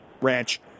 ranch